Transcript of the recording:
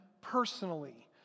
personally